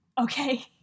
okay